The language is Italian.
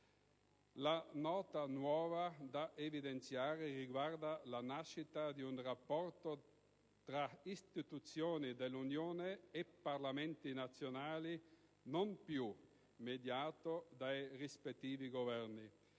La nota nuova da evidenziare riguarda la nascita di un rapporto tra istituzioni dell'Unione e Parlamenti nazionali, non più mediato dai rispettivi Governi.